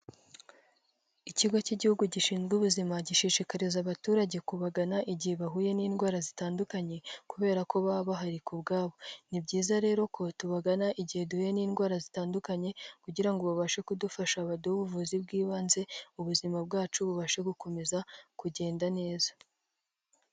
Ikigo cy'igihugu gishinzwe ubuzima gishishikariza abaturage kubagana igihe bahuye n'indwara zitandukanye kubera ko baba bahari kubwabo ni byiza rero ko tubagana igihe duhuye n'indwara zitandukanye kugira ngo babashe kudufasha baduhe ubuvuzi bw'ibanze, ubuzima bwacu bubashe gukomeza kugenda neza.